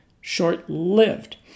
short-lived